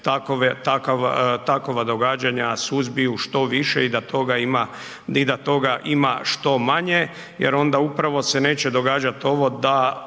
takva događanja suzbiju što više i da toga ima i da toga ima što manje jer onda upravo se neće događati ovo da